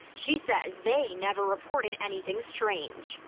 she says they never reported anything strange.